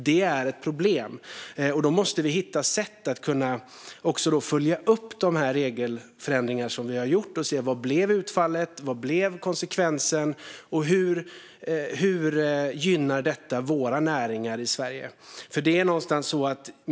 Det är ett problem, och då måste vi hitta sätt att också kunna följa upp de regelförändringar som vi har gjort och se vad utfallet blev, vad konsekvensen blev och hur detta gynnar våra näringar i Sverige.